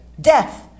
Death